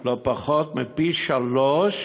לא פחות מפי-שלושה